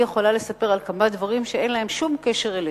אני יכולה לספר על כמה דברים שאין להם שום קשר אליך.